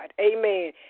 Amen